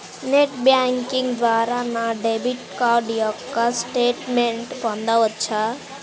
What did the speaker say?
Net banking ద్వారా నా debit card యొక్క స్టేట్మెంట్ పొందవచ్చా?